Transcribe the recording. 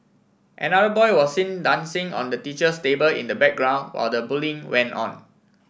another boy was seen dancing on the teacher's table in the background while the bullying went on